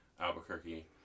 Albuquerque